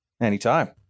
Anytime